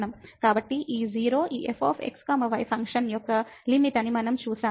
కాబట్టి ఈ 0 ఈ f x y ఫంక్షన్ యొక్క లిమిట్ అని మనం చూశాము